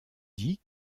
dit